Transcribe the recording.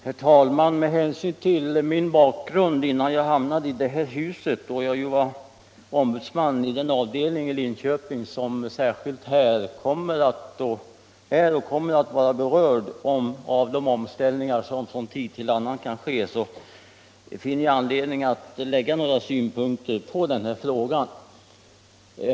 Herr talman! Med hänsyn till min bakgrund, innan jag hamnade i detta hus, som ombudsman i den avdelning i Linköping som särskilt kommer att beröras av de omställningar som från tid till annan kan ske, finner jag anledning att lägga några synpunkter på den här frågan.